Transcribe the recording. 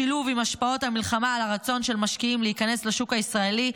בשילוב עם השפעות המלחמה על הרצון של משקיעים להיכנס לשוק הישראלי,